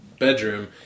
bedroom